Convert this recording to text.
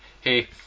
hey